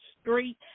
street